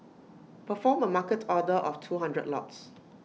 perform A market order of two hundred lots